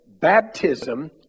baptism